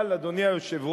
אבל, אדוני היושב-ראש,